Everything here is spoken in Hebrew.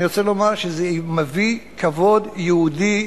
אני רוצה לומר שזה מביא כבוד יהודי,